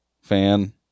Fan